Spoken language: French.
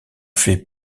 fait